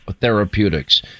therapeutics